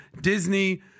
Disney